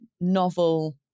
novel